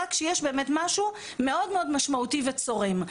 רק שיש באמת משהו מאוד מאוד משמעותי וצורם,